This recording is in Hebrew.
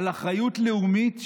על אחריות לאומית.